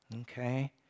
Okay